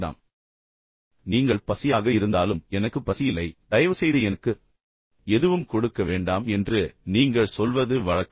எனவே நீங்கள் பசியாக இருந்தாலும் இல்லை இல்லை எனக்கு பசி இல்லை எனக்கு உண்மையில் பசி இல்லை தயவுசெய்து எனக்கு எதுவும் கொடுக்க வேண்டாம் என்று நீங்கள் சொல்வது வழக்கம்